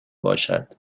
باشد